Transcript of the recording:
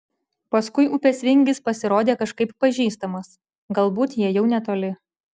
paskui upės vingis pasirodė kažkaip pažįstamas galbūt jie jau netoli